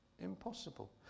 impossible